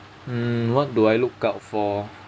mm what do I look out for